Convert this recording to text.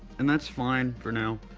and that's fine for now.